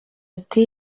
ati